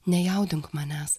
nejaudink manęs